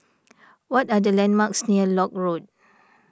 what are the landmarks near Lock Road